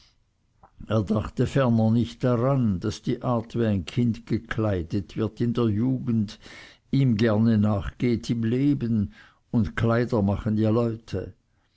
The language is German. er dachte ferner nicht daran daß die art wie ein kind gekleidet wird in der jugend ihm gerne nachgeht im leben und kleider machen ja leute